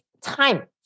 time